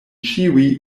ĉiuj